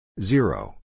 Zero